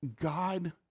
God